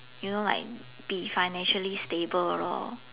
you know like be financially stable lor